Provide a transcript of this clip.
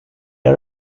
are